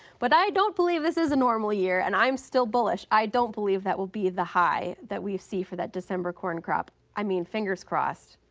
but i don't believe this is a normal year and i'm still bullish. i don't believe that will be the high that we see for that december corn crop, i mean fingers crossed.